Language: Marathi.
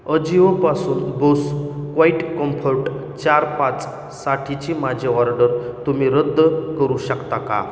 अजिओपासून बोस क्वाइटकम्फोर्ट चार पाचसाठीचे माझी ऑर्डर तुम्ही रद्द करू शकता का